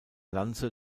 lanze